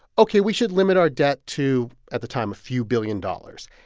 ok, we should limit our debt to, at the time, a few billion dollars.